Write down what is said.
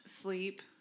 Sleep